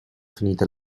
finita